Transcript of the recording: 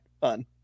fun